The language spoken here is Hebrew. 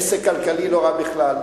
עסק כלכלי לא רע בכלל.